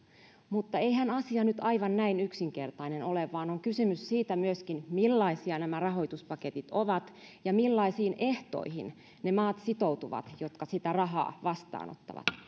mutta eihän asia nyt aivan näin yksinkertainen ole vaan on kysymys myöskin siitä millaisia nämä rahoituspaketit ovat ja millaisiin ehtoihin ne maat sitoutuvat jotka sitä rahaa vastaanottavat